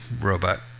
robot